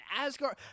Asgard